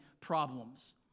problems